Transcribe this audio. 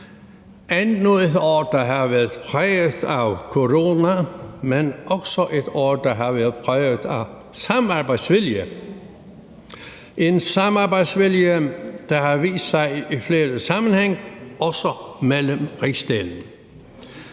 været et år, der har været præget af corona, men også et år, der har været præget af samarbejdsvilje – en samarbejdsvilje, der har vist sig i flere sammenhænge, også mellem rigsdelene.